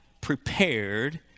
prepared